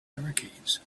hurricanes